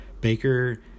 Baker